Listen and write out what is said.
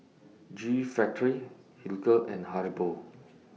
G Factory Hilker and Haribo